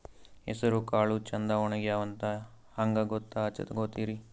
ಹೆಸರಕಾಳು ಛಂದ ಒಣಗ್ಯಾವಂತ ಹಂಗ ಗೂತ್ತ ಹಚಗೊತಿರಿ?